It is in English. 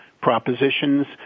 propositions